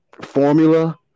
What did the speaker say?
formula